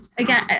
again